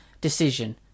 decision